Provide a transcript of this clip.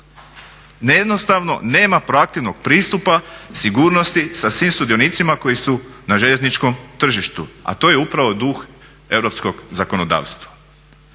Jednostavno nema proaktivnog pristupa sigurnosti sa svim sudionicima koji su na željezničkom tržištu, a to je upravo duh europskog zakonodavstva.